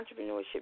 Entrepreneurship